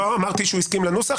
לא אמרתי שהוא הסכים לנוסח,